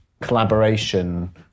Collaboration